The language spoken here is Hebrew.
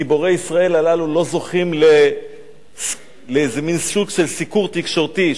גיבורי ישראל הללו לא זוכים לאיזה מין סוג של סיקור תקשורתי.